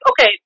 okay